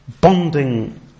bonding